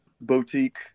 boutique